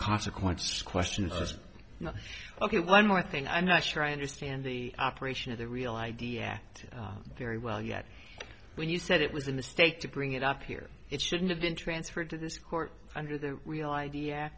consequences question is not ok one more thing i'm not sure i understand the operation of the real i d act very well yet when you said it was a mistake to bring it up here it shouldn't have been transferred to this court under the real idea